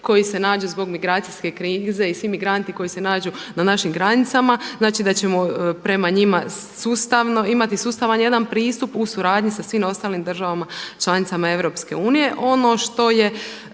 koji se nađu zbog migracijske krize i svi migranti koji se nađu na našim granicama znači da ćemo prema njima imati jedan sustavan pristup u suradnji sa svim ostalim državama članicama EU. Ono